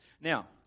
Now